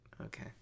Okay